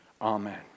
Amen